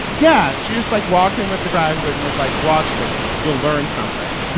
yeah. she just, like, walked in with the graduate and was like, watch this you'll learn something.